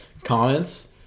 comments